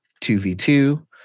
2v2